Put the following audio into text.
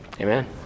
Amen